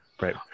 Right